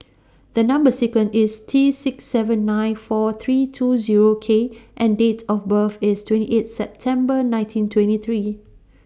The Number sequence IS T six seven nine four three two Zero K and Date of birth IS twenty eight September nineteen twenty three